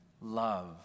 love